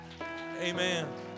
Amen